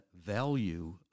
value